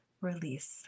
release